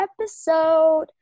episode